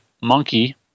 monkey